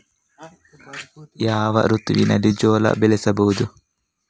ಯಾವ ಋತುವಿನಲ್ಲಿ ಜೋಳ ಬೆಳೆಸಬಹುದು?